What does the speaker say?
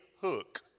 hook